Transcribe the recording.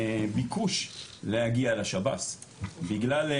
ביקוש להגיע לשב"ס, בגלל,